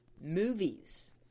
Movies